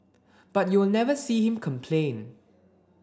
but you will never see him complain